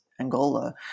Angola